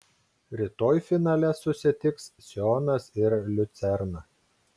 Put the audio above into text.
rytoj finale susitiks sionas ir liucerna